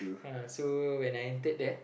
ya so when I entered there